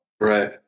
Right